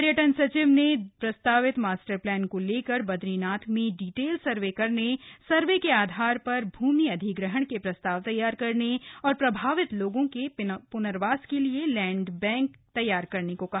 पर्यटन सचिव ने प्रस्तावित मास्टर प्लान को लेकर बद्गीनाथ में डिटेल सर्वे करने सर्वे के आधार पर भूमि अधिग्रहण के प्रस्ताव तैयार करने और प्रभावित लोगों के प्र्नवास के लिए लैंडबैंक तैयार करने को कहा